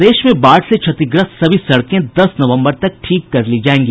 प्रदेश में बाढ़ से क्षतिग्रस्त सभी सड़कें दस नवम्बर तक ठीक कर ली जायेंगी